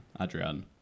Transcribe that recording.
Adrian